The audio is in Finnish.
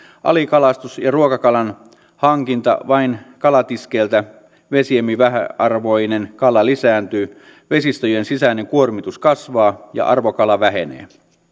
alikalastuksen ja ruokakalan hankinnan vain kalatiskeiltä myötä vesiemme vähäarvoinen kala lisääntyy vesistöjen sisäinen kuormitus kasvaa ja arvokala vähenee